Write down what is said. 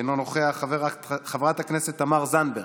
אינו נוכח, חברת הכנסת תמר זנדברג,